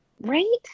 right